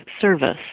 service